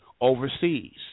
overseas